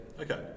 Okay